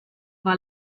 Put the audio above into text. war